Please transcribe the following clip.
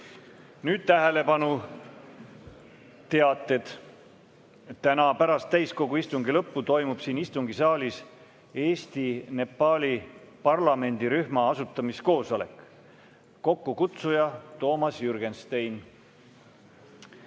Nüüd tähelepanu, teated. Täna pärast täiskogu istungi lõppu toimub siin istungisaalis Eesti-Nepali parlamendirühma asutamiskoosolek, kokkukutsuja Toomas Jürgenstein.